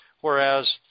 whereas